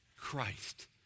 Christ